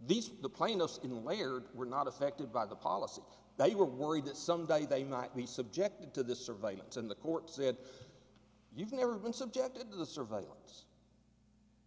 are the plaintiffs in the layered were not affected by the policy they were worried that some day they might be subjected to this surveillance in the courts that you've never been subjected to the surveillance